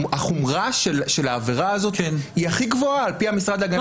שהחומרה של העבירה הזאת היא הכי גבוהה על-פי המשרד להגנת הסביבה.